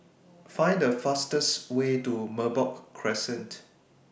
Find The fastest Way to Merbok Crescent